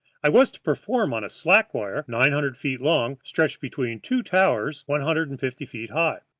i was to perform on a slack wire nine hundred feet long, stretched between two towers one hundred and fifty feet high.